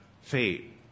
fate